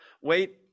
Wait